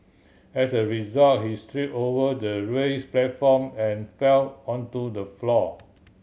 as a result she trip over the raise platform and fell onto the floor